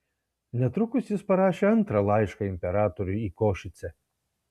netrukus jis parašė antrą laišką imperatoriui į košicę